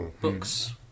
books